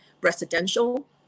residential